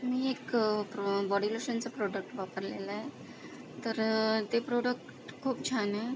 मी एक बॉडी लोशनचं प्रोडक्ट वापरलेलं आहे तर ते प्रोडक्ट खूप छान आहे